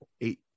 eight